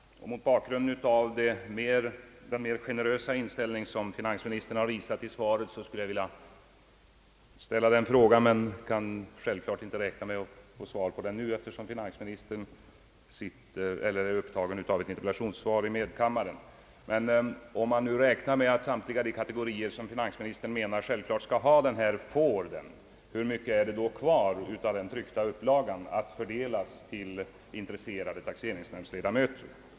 Mot bakgrunden av den mera generösa inställning som finansministern visat i svaret skulle jag vilja ställa följande fråga, även om jag självfallet inte räknar med att få den besvarad nu, eftersom finansministern är upptagen av ett interpellationssvar i medkammaren: Om samtliga de kategorier, som finansministern förutsätter skall få denna handledning, också erhåller den, hur mycket blir då kvar av den tryckta upplagan att utdela till intresserade taxeringsledamöter?